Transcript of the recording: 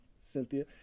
cynthia